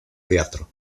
teatro